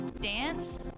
dance